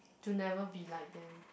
to never be like them